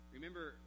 Remember